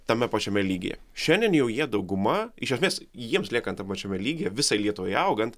tame pačiame lygyje šiandien jau jie dauguma iš esmės jiems liekant tame pačiame lygyje visai lietuvai augant